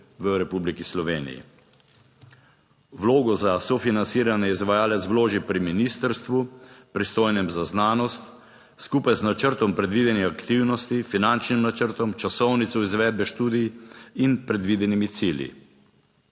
Vlogo za sofinanciranje izvajalec vloži pri ministrstvu, pristojnem za znanost, skupaj z načrtom predvidenih aktivnosti, finančnim načrtom, časovnico izvedbe študij in predvidenimi cilji.